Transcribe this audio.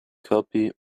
copy